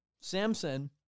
Samson